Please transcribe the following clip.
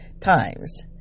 times